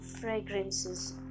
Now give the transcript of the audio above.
fragrances